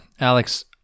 Alex